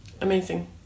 Amazing